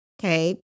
Okay